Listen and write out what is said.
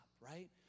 Right